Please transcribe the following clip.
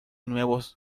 nuevos